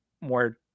more